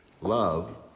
love